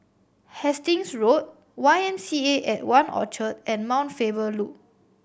Hastings Road Y M C A at One Orchard and Mount Faber Loop